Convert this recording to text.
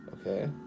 Okay